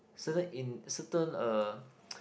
certain in certain uh